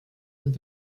und